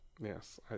Yes